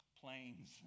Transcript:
planes